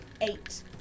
eight